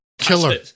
killer